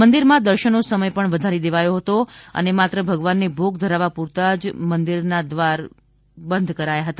મંદિરમાં દર્શન નો સમય પણ વધારી દેવાયો છે અને માત્ર ભગવાન ને ભોગ ધરાવવા પુરતાજ દર્શન બંધ રખાયા હતા